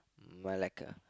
Melaka